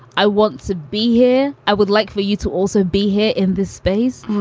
i want to be here. i would like for you to also be here in this space.